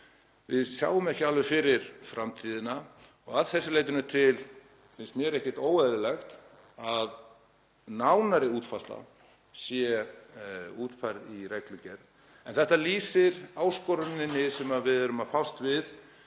Við sjáum ekki alveg fyrir framtíðina. Að þessu leytinu til finnst mér ekkert óeðlilegt að nánari útfærsla sé í reglugerð. En þetta lýsir áskoruninni sem við erum að fást við